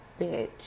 bitch